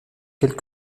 quelle